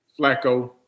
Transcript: Flacco